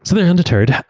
so they're undeterred.